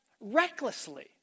recklessly